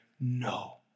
No